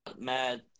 Mad